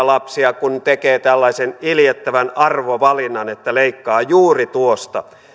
isompia lapsia kun tekee tällaisen iljettävän arvovalinnan että leikkaa juuri tuosta